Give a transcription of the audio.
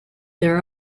there